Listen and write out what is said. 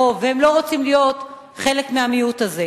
הרוב והם לא רוצים להיות חלק מהמיעוט הזה.